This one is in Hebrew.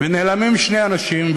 ונעלמים שני אנשים.